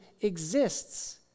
exists